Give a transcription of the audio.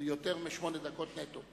יותר משמונה דקות נטו.